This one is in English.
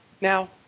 now